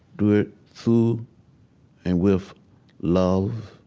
do it full and with love,